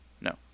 No